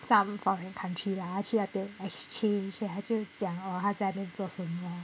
some foreign country lah 他去那边 exchange 他就讲哦他在那边做什么